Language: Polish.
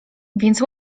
więc